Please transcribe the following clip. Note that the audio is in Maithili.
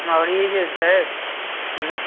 आओर इ जे छै